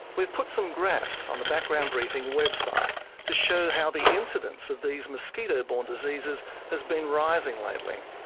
we've put some graphs on the background briefing website to show how the incidence of these mosquito-borne diseases has been rising lately.